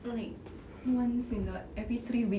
I'm like once in a every three weeks